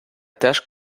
теж